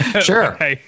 Sure